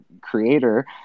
creator